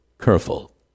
careful